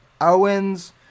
Owens